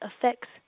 affects